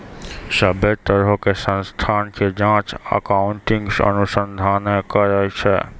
सभ्भे तरहो के संस्था के जांच अकाउन्टिंग अनुसंधाने करै छै